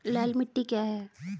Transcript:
लाल मिट्टी क्या है?